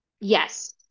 yes